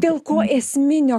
dėl ko esminio